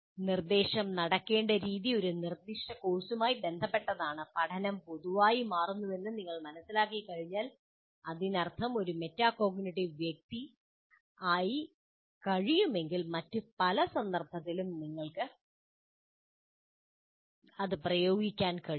നിർദ്ദേശം നടക്കേണ്ട രീതി ഒരു നിർദ്ദിഷ്ട കോഴ്സുമായി ബന്ധപ്പെട്ടതാണ് പഠനം പൊതുവായതായി മാറുന്നുവെന്ന് നിങ്ങൾ മനസ്സിലാക്കി കഴിഞ്ഞാൽ അതിനർത്ഥം എനിക്ക് ഒരു മെറ്റാകോഗ്നിറ്റീവ് വ്യക്തിയാകാൻ കഴിയുമെങ്കിൽ മറ്റ് സന്ദർഭങ്ങളിലും അത് പ്രയോഗിക്കാൻ എനിക്ക് കഴിയും